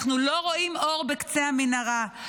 אנחנו לא רואים אור בקצה המנהרה,